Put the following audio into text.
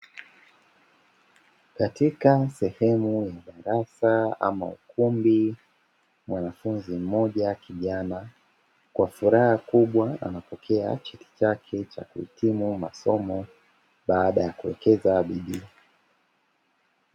Katika sehemu ya darasa ama ukumbi, mwanafunzi mmoja kijana kwa furaha kubwa anapokea cheti chake cha kuhitimu masomo baada ya kuwekeza bidii.